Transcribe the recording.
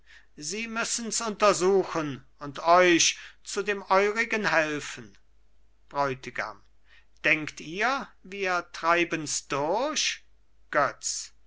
sie müssen's untersuchen und euch zu dem eurigen helfen bräutigam denkt ihr wir treiben's durch götz